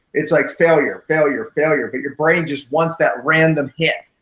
it's like failure, failure, failure, but your brain just wants that random hit.